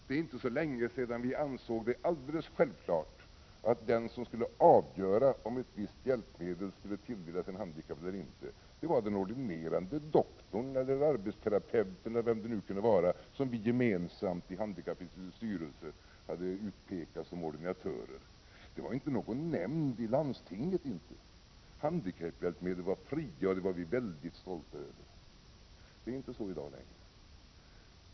Det är inte så länge sedan vi ansåg det alldeles självklart att den som skulle avgöra om ett visst hjälpmedel skulle tilldelas en handikappad eller inte var 169 den ordinerande doktorn, arbetsterapeuten eller någon annan av dem som vi gemensamt i handikappinstitutets styrelse hade utpekat som ordinatörer. Det var inte någon nämnd i landstinget. Handikapphjälpmedel var fria, och det var vi mycket stolta över. I dag är det inte längre så.